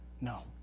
No